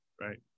right